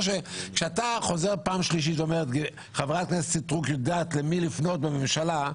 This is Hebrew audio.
כשאתה חוזר פעם שלישית ואומר: חברת הכנסת סטרוק יודעת למי לפנות במשלה,